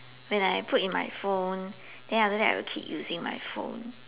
when I put in my phone then after that I'll keep using my phone